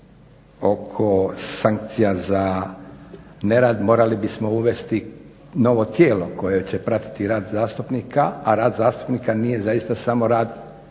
sankcija za nerad, morali bismo uvesti novo tijelo koje će pratiti rad zastupnika, a rad zastupnika nije zaista samo rad